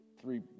three